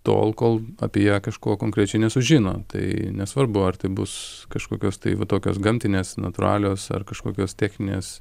tol kol apie ją kažko konkrečiai nesužino tai nesvarbu ar tai bus kažkokios tai va tokios gamtinės natūralios ar kažkokios techninės